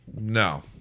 no